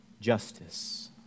justice